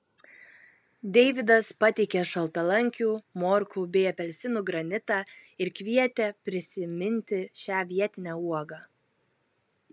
deivydas pateikė šaltalankių morkų bei apelsinų granitą ir kvietė prisiminti šią vietinę uogą